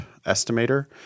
estimator